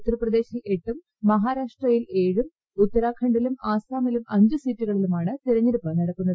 ഉത്തർ പ്രദേശിൽ എട്ടും മഹാരാഷ്ട്രയിൽ ഏഴും ഉത്തരാഖണ്ഡിലും ആസാമിലും അഞ്ചും സീറ്റുകളിലാണ് തെരഞ്ഞെടുപ്പ് നടക്കുന്നത്